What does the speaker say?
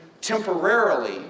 temporarily